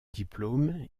diplôme